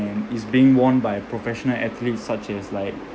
and is being worn by professional athletes such as like